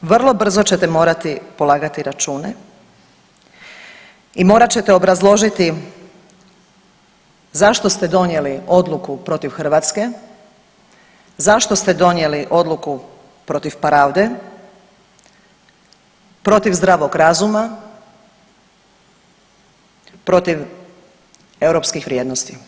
Vrlo brzo ćete morati polagati račune i morat ćete obrazložiti zašto ste donijeli odluku protiv Hrvatske, zašto ste donijeli odluku protiv pravde, protiv zdravog razuma, protiv europskih vrijednosti.